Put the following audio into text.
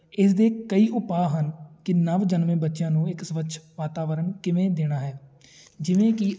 ਇਸਦੇ ਕਈ ਉਪਾਅ ਹਨ ਕਿ ਨਵ ਜਨਮੇ ਬੱਚਿਆਂ ਨੂੰ ਇੱਕ ਸਵੱਛ ਵਾਤਾਵਰਨ ਕਿਵੇਂ ਦੇਣਾ ਹੈ ਜਿਵੇਂ ਕਿ